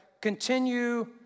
continue